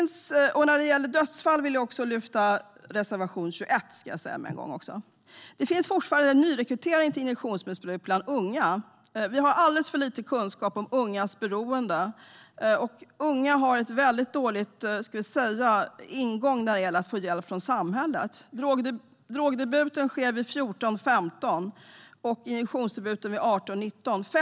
När det gäller dödsfall vill jag även lyfta fram reservation 21. Det finns fortfarande en nyrekrytering till injektionsmissbruk bland unga. Vi har alldeles för lite kunskap om ungas beroende. Unga har en mycket dålig ingång när det gäller att få hjälp från samhället. Drogdebuten sker i 14-15-årsåldern, och injektionsdebuten sker i 18-19-årsåldern.